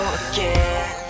again